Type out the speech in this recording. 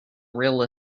real